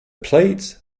plates